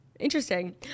Interesting